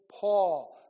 Paul